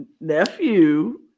nephew